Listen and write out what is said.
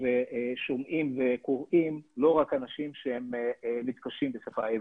ושומעים וקוראים לא רק אנשים שמתקשים בשפה העברית.